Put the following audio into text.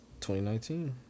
2019